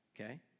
okay